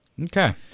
okay